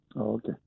Okay